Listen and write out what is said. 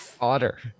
Otter